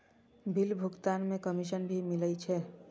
Bill भुगतान में commission भी मिले छै?